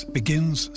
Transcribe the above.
begins